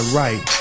right